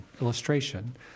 illustration